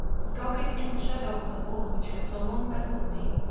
skulking in the shadow of the wall which had so long baffled me,